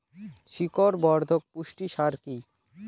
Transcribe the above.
শিকড় বর্ধক পুষ্টি সার কি?